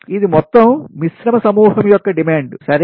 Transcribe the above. ఇది మొత్తం మిశ్రమ సమూహం యొక్క డిమాండ్సరే